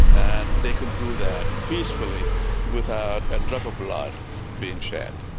and they can do that peacefully without a drop of blood being shed.